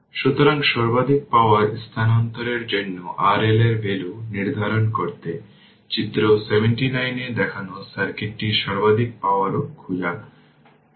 সুতরাং সর্বাধিক পাওয়ার স্থানান্তরের জন্য RL এর ভ্যালু নির্ধারণ করতে চিত্র 79 এ দেখানো সার্কিটটি সর্বাধিক পাওয়ার ও খুঁজে পায়